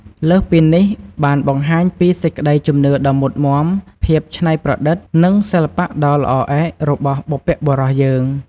លើសពីនេះ បានបង្ហាញពីសេចក្តីជំនឿដ៏មុតមាំ ភាពច្នៃប្រឌិត និងសិល្បៈដ៏ល្អឯករបស់បុព្វបុរសយើង។